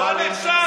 לא נחשב?